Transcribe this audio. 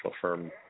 firm